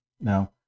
Now